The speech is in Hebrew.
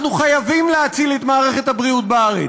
אנחנו חייבים להציל את מערכת הבריאות בארץ.